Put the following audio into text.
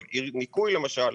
אבל ניכוי למשל,